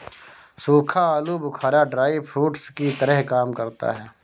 सूखा आलू बुखारा ड्राई फ्रूट्स की तरह काम करता है